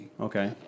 Okay